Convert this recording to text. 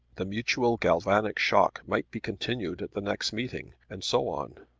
the mutual galvanic shock might be continued at the next meeting and so on.